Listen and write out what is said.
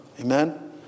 Amen